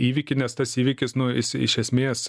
įvykį nes tas įvykis nu iš esmės